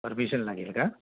permission लागेल का